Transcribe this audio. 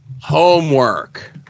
Homework